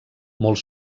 molt